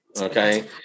Okay